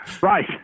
right